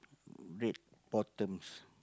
red bottoms